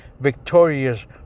victorious